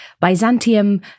Byzantium